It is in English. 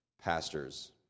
pastors